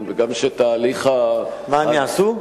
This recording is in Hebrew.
מה הם יעשו?